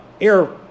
Air